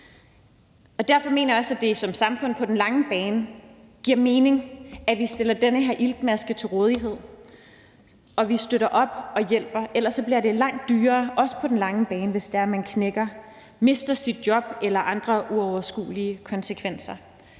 Derfor mener jeg også, at det som samfund på den lange bane giver mening, at vi stiller den her iltmaske til rådighed, og at vi støtter op og hjælper. Ellers bliver det langt dyrere, også på den lange bane, hvis man knækker, mister sit job, eller der er andre uoverskuelige konsekvenser.